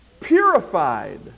purified